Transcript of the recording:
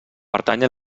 pertany